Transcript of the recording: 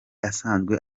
asanzwe